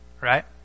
right